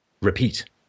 repeat